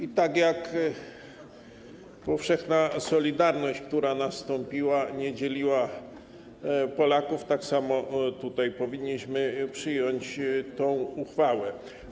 I tak jak powszechna solidarność, która nastąpiła, nie dzieliła Polaków, tak samo tutaj powinniśmy przyjąć tę ustawę.